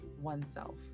oneself